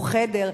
או חדר,